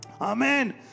Amen